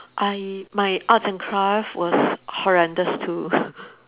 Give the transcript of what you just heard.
I my art and craft was horrendous too